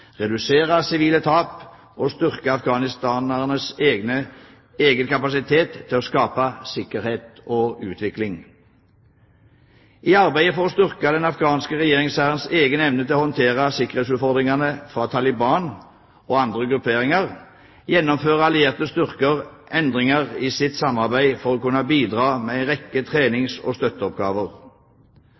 redusere sivile tap og styrke afghanernes egen kapasitet til å skape sikkerhet og utvikling. I arbeidet for å styrke den afghanske regjeringshærens egen evne til å håndtere sikkerhetsutfordringene fra Taliban og andre grupperinger gjennomfører allierte styrker endringer i sitt samarbeid for å kunne bidra med en rekke trenings- og støtteoppgaver.